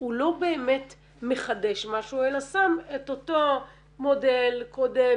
הוא לא באמת מחדש משהו אלא שם את אותו מודל קודם,